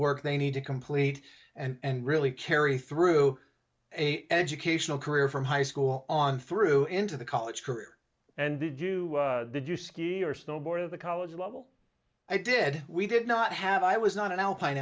work they need to complete and really carry through a educational career from high school on through into the college career and to do the do ski or snowboard of the college level i did we did not have i was not an alpine